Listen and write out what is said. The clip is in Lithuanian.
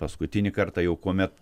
paskutinį kartą jau kuomet